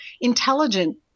intelligent